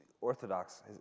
orthodox